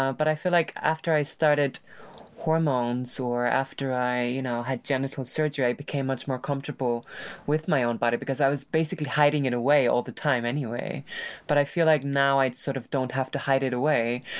um but i feel like after i started hormones or after i you know had genital surgery, i became much more comfortable with my own body because i was basically hiding it away all the time anyway but i feel like now i sort of don't have to hide it away.